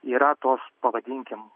yra tos pavadinkim